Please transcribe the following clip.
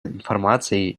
информацией